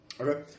Okay